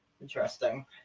Interesting